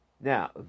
now